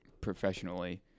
professionally